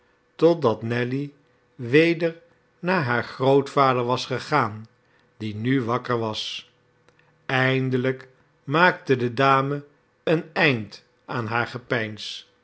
totdat nelly weder naar haar grootvader was gegaan die nu wakker was eindelijk maakte de dame een eind aan haar gepeins